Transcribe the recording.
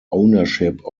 ownership